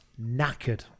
knackered